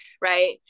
right